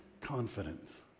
confidence